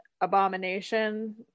Abomination